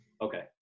Okay